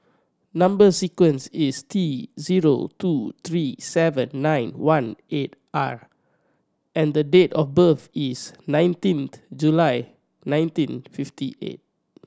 number sequence is T zero two three seven nine one eight R and the date of birth is nineteenth July nineteen fifty eight